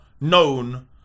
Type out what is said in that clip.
known